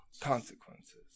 Consequences